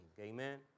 Amen